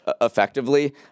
effectively